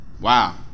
wow